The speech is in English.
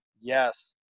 yes